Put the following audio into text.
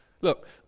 look